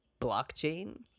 blockchain